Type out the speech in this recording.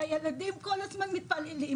הילדות כל הזמן התפללו,